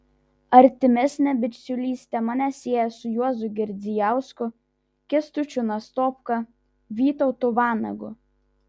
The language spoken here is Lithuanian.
artimesnė bičiulystė mane sieja su juozu girdzijausku kęstučiu nastopka vytautu vanagu